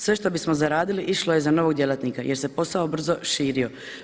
Sve što bismo zaradili išlo je za novog djelatnika jer se posao brzo širio.